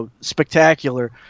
spectacular